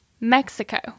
Mexico